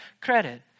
credit